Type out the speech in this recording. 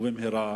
ובמהרה,